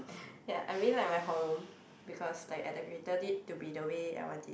ya I really like my hall room because like I decorated it to be the way I want